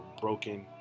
broken